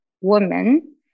woman